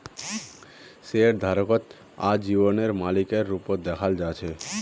शेयरधारकक आजीवनेर मालिकेर रूपत दखाल जा छेक